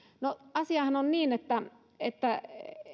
asiahan on niin että